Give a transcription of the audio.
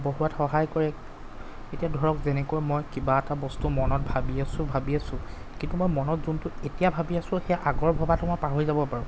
বঢ়োৱাত সহায় কৰে এতিয়া ধৰক যেনেকৈ মই কিবা এটা বস্তু মনত ভাবি আছোঁ ভাবি আছোঁ কিন্তু মই মনত যোনটো এতিয়া ভাবি আছোঁ সেয়া আগৰ ভবাটো মই পাহৰি যাব পাৰোঁ